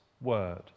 word